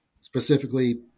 specifically